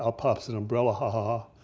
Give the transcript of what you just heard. ah pops an umbrella, ha ha